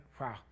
Wow